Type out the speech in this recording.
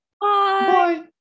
Bye